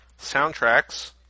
soundtracks